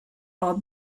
are